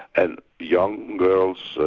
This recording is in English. and young girls,